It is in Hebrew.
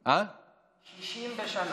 לשנה.